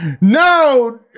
no